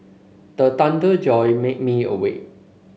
the thunder jolt made me awake